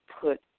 put